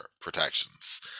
protections